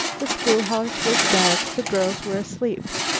the schoolhouse was dark the girls were asleep.